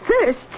First